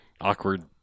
awkward